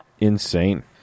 insane